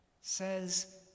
says